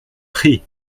prie